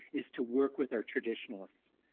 is to work with our traditionalists.